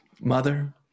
mother